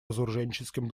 разоруженческим